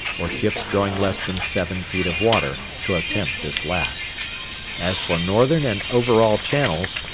or ships drawing less than seven feet of water, to attempt this last as for northern and overall channels,